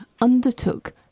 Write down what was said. undertook